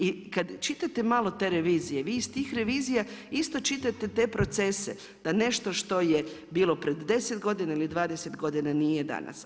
I kad čitate malo te revizije, vi iz tih revizija isto čitate te procese, da nešto što je bilo pred 10 godina ili 20 godina nije danas.